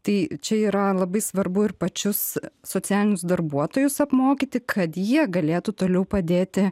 tai čia yra labai svarbu ir pačius socialinius darbuotojus apmokyti kad jie galėtų toliau padėti